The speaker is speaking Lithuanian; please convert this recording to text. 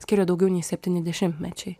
skiria daugiau nei septyni dešimtmečiai